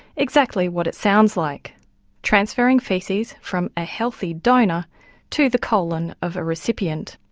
exactly what it sounds like transferring faeces from a healthy donor to the colon of a recipient.